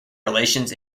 relations